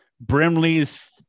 Brimley's